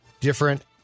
different